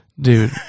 dude